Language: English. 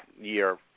year